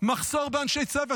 מחסור באנשי צוות,